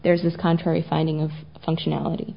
there's this contrary finding of functionality